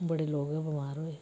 बड़े लोक बमार होए